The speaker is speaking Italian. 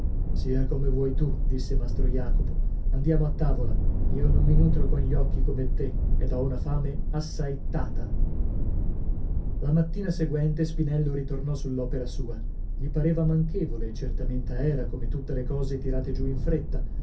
sia come tu vuoi disse mastro jacopo andiamo a tavola io non mi nutro con gli occhi come te ed ho una fame assaettata la mattina seguente spinello ritornò sull'opera sua gli pareva manchevole e certamente era come tutte le cose tirate giù in fretta